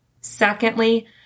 Secondly